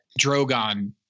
Drogon